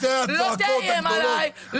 לא תאיים עלי,